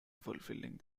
fulfilling